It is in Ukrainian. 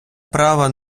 права